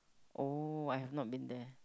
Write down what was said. oh I've not been there